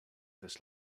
this